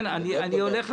אני הולך להצביע.